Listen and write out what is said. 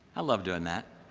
i love doing that.